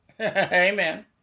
Amen